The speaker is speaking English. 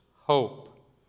hope